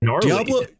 Diablo